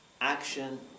action